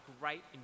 great